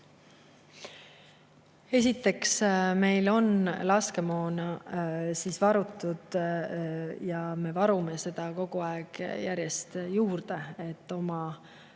Esiteks, meil on laskemoona varutud ja me varume seda kogu aeg järjest juurde, et oma